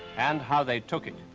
and how they took it.